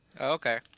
Okay